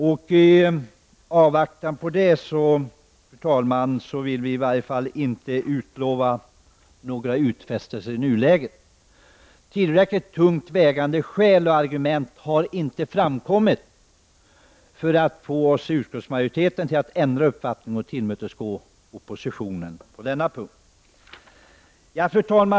I avvaktan på det vill vi i nuläget inte komma med några utfästelser. Tillräckligt tungt vägande skäl har inte framkommit för att få utskottsmajoriteten att ändra uppfattning och tillmötesgå oppositionen på denna punkt. Fru talman!